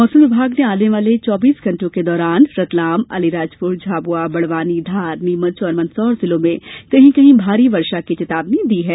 मौसम विभाग ने आने वाले चौबीस घंटों के दौरान रतलाम अलीराजपुर झाबुआ बड़वानी धार नीमच और मंदसौर जिलों में कहीं कहीं भारी वर्षा की चेतावनी दी है